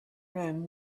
rim